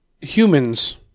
humans